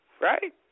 right